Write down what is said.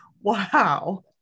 wow